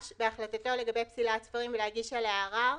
בהחלטתו לגבי פסילת ספרים ולהגיש עליה ערר.